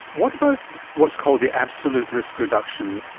what about what's called the absolute risk reduction?